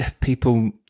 people